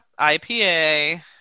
IPA